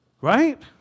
right